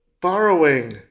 Borrowing